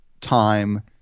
time –